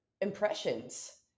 Impressions